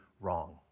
wrong